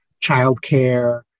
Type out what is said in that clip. childcare